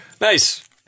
Nice